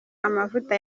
amavuta